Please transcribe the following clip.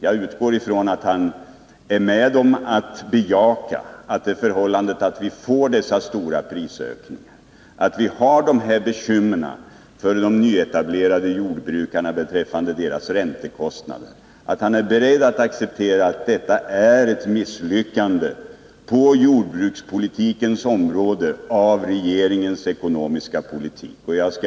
Jag utgår ifrån att han tillstår att de stora prishöj ningarna och bekymren för de nyetablerade jordbrukarnas räntekostnader innebär ett misslyckande för regeringens ekonomiska politik på jordbrukets område.